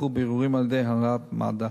נערכו בירורים על-ידי הנהלת מד"א,